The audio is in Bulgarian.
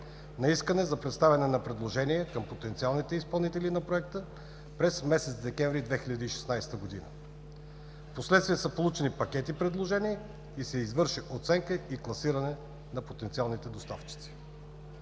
на искане за представяне на предложение към потенциалните изпълнители на Проекта през месец декември 2016 г. Впоследствие са получени пакети предложения и се извърши оценки и класиране на потенциалните доставчици.